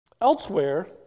Elsewhere